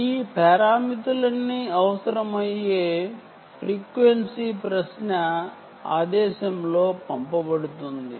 ఈ పారామితులన్నీ అవసరమయ్యే ఫ్రీక్వెన్సీ క్వారీ కమాండ్ రూపము లో పంపబడుతుంది